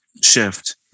shift